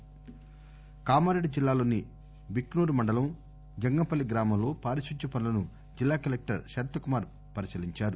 కామారెడ్ని కామారెడ్లి జిల్లాలోని భిక్సూరు మండలం జంగంపల్లి గ్రామంలో పారిశుద్ధ్య పనులను జిల్లా కలెక్షర్ శరత్ కుమార్ పరిశీలించారు